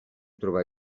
trobar